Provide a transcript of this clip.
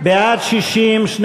של חברי הכנסת משה גפני,